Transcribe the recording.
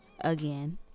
again